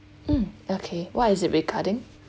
mm okay what is it regarding